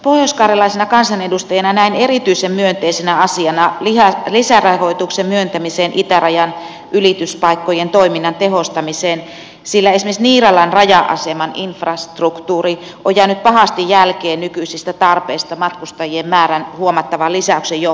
pohjoiskarjalaisena kansanedustajana näen erityisen myönteisenä asiana lisärahoituksen myöntämisen itärajan ylityspaikkojen toiminnan tehostamiseen sillä esimerkiksi niiralan raja aseman infrastruktuuri on jäänyt pahasti jälkeen nykyisistä tarpeista matkustajien määrän huomattavan lisäyksen johdosta